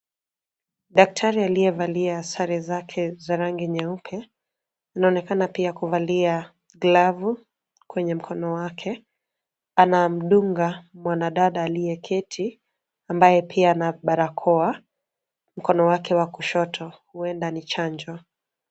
Daktari aliyevalia sare zake za rangi nyeupe, anaonekana pia kuvalia, glavu, kwenye mkono wake, anamdunga mwanadada aliyeketi, ambaye pia ana barakao, mkono wake wa kushoto, huenda ni chanjo.